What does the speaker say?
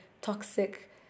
toxic